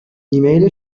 ایمیل